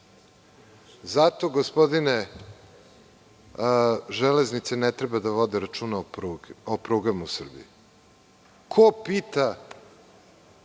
Zato, gospodine, „Železnice“ ne treba da vode računa o prugama u Srbiji. Ko pita